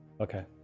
Okay